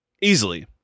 easily